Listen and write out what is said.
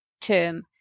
term